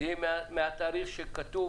יהיה מהתאריך שכתוב